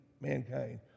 mankind